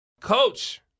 Coach